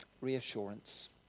reassurance